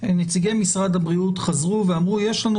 נציגי משרד הבריאות חזרו ואמרו: יש לנו